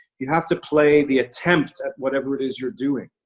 you have to play the attempt at whatever it is you're doing.